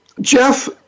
Jeff